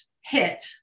hit